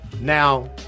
Now